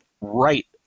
right